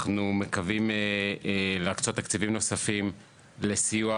אנחנו מקווים להקצות תקציבים נוספים לסיוע